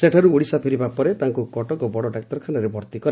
ସେଠାରୁ ଓଡ଼ିଶା ଫେରିବା ପରେ ତାଙ୍ଙୁ କଟକ ବଡ଼ ଡାକ୍ତରଖାନାରେ ଭର୍ତ୍ତି କରାଯାଇଛି